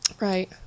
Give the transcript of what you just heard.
right